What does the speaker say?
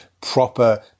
proper